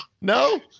no